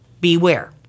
beware